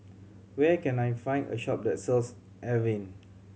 where can I find a shop that sells Avene